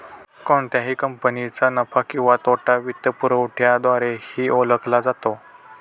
कोणत्याही कंपनीचा नफा किंवा तोटा वित्तपुरवठ्याद्वारेही ओळखला जातो